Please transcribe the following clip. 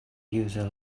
user